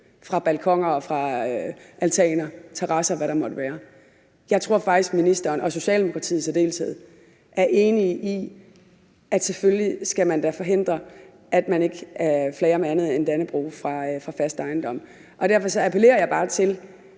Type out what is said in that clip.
terrasser, og hvad der måtte være. Jeg tror faktisk, at ministeren og Socialdemokratiet i særdeleshed er enige i, at man da selvfølgelig skal forhindre, at man ikke flager med andet end Dannebrog fra fast ejendom. Derfor appellerer jeg bare til